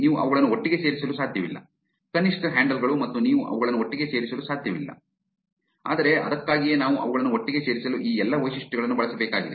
ನೀವು ಅವುಗಳನ್ನು ಒಟ್ಟಿಗೆ ಸೇರಿಸಲು ಸಾಧ್ಯವಿಲ್ಲ ಕನಿಷ್ಠ ಹ್ಯಾಂಡಲ್ ಗಳು ಮತ್ತು ನೀವು ಅವುಗಳನ್ನು ಒಟ್ಟಿಗೆ ಸೇರಿಸಲು ಸಾಧ್ಯವಿಲ್ಲ ಆದರೆ ಅದಕ್ಕಾಗಿಯೇ ನಾವು ಅವುಗಳನ್ನು ಒಟ್ಟಿಗೆ ಸೇರಿಸಲು ಈ ಎಲ್ಲಾ ವೈಶಿಷ್ಟ್ಯಗಳನ್ನು ಬಳಸಬೇಕಾಗಿದೆ